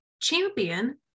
Champion